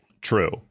True